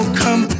come